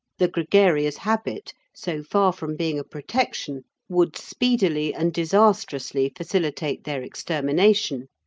the gregarious habit, so far from being a protection, would speedily and disastrously facilitate their extermination.